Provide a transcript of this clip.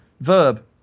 Verb